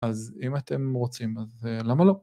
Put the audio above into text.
אז אם אתם רוצים, אז למה לא?